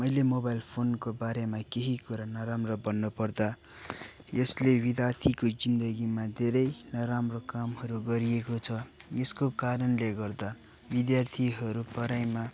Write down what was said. मैले मोबाइल फोनको बारेमा केही कुरा नराम्रो भन्नु पर्दा यसले विद्यार्थीको जिन्दगीमा धेरै नराम्रो कामहरू गरिएको छ यसको कारणले गर्दा विद्यार्थीहरू पढाइमा